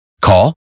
Call